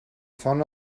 font